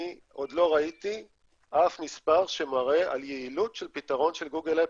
אני עוד לא ראיתי אף מספר שמראה על יעילות של הפתרון של גוגל-אפל.